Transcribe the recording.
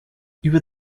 über